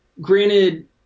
granted